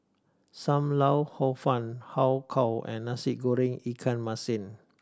Sam Lau Hor Fun Har Kow and Nasi Goreng ikan masin